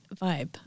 vibe